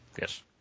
Yes